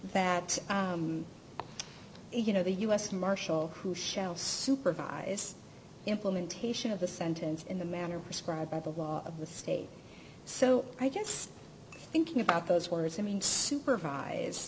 that you know the u s marshal who shall supervise implementation of the sentence in the manner prescribed by the law of the state so i guess thinking about those words i mean supervise